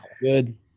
Good